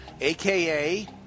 AKA